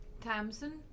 Tamsin